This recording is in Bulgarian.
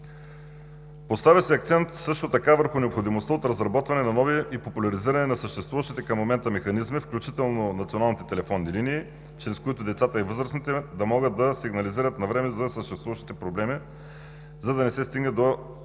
Поставя се акцент също така върху необходимостта от разработване на нови и популяризиране на съществуващите към момента механизми, включително националните телефонни линии, чрез които децата и възрастните да могат да сигнализират на време за съществуващите проблеми, за да не се стигне до